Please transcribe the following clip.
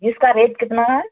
جس کا ریٹ کتنا ہے